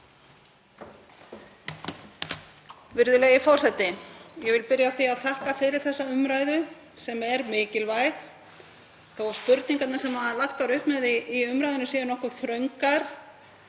Virðulegi forseti. Ég vil byrja á því að þakka fyrir þessa umræðu sem er mikilvæg. Þó að spurningarnar sem lagt var upp með í umræðunni séu nokkuð þröngar